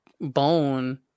bone